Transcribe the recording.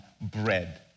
bread